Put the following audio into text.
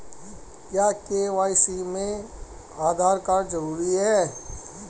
क्या के.वाई.सी में आधार कार्ड जरूरी है?